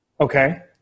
Okay